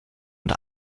und